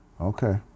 Okay